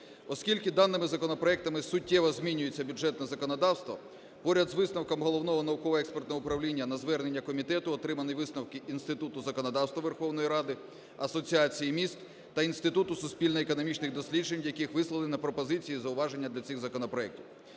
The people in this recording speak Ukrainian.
Оскільки даними законопроектами суттєво змінюється бюджетне законодавство, поряд з висновком Головного науково-експертного управління, на звернення комітету, отримані висновки Інституту законодавства Верховної Ради, Асоціації міст та Інституту суспільно-економічних досліджень, в яких висловлено пропозиція і зауваження до цих законопроектів.